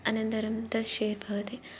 अनन्तरं तद् शेर् भवति